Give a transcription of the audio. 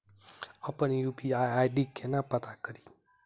अप्पन UPI ID केना पत्ता कड़ी?